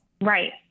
right